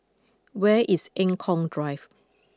where is Eng Kong Drive